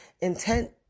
Intent